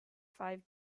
five